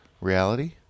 reality